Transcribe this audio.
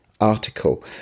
Article